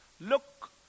look